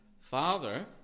Father